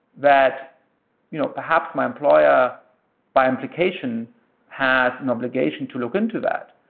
that you know perhaps my employer by implication has an obligation to look into that.